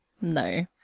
no